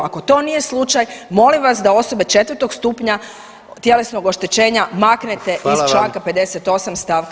Ako to nije slučaj molim vas da osobe 4 stupnja tjelesnog oštećenja maknete iz [[Upadica: Hvala vam.]] Članka 58. stavka 1.